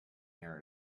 air